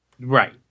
Right